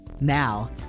Now